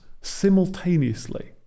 simultaneously